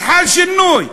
אז חל שינוי.